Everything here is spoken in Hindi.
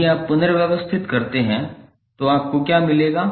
यदि आप पुनर्व्यवस्थित करते हैं तो आपको क्या मिलेगा